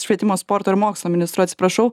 švietimo sporto ir mokslo ministru atsiprašau